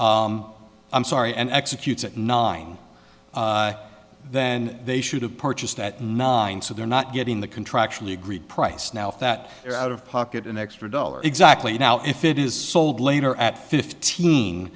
eleven i'm sorry and executes at nine then they should have purchased at nine so they're not getting the contractually agreed price now if that out of pocket an extra dollar exactly now if it is sold later at fifteen